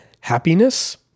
happiness